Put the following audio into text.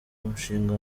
umushinga